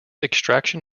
extraction